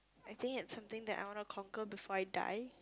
I think it something that I want to conquer before I die